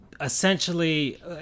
essentially